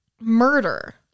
murder